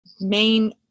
main